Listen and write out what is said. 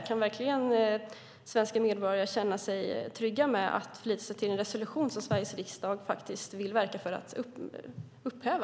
Kan svenska medborgare verkligen känna sig trygga med och förlita sig på en resolution som Sveriges riksdag i princip vill verka för att upphäva?